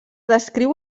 descriu